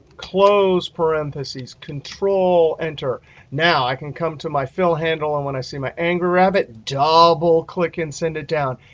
close parentheses, control-enter. now i can come to my fill handle. and when i see my angry rabbit, double click and send it down.